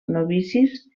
novicis